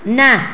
न